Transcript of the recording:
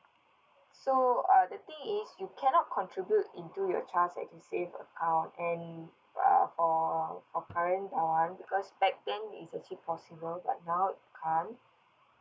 so uh the thing is you cannot contribute into your child's edusave account and uh for for parent [one] because back then it's actually possible but now it can't